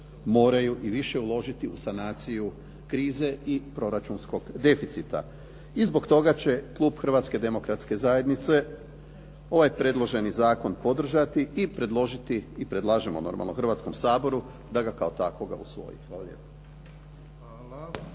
moraju i više uložiti u sanaciju krize i proračunskog deficita. I zbog toga će klub Hrvatske demokratske zajednice ovaj predloženi zakon podržati i predložiti i predlažemo normalno Hrvatskom saboru da ga kao takvoga usvoji. Hvala lijepo.